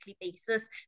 basis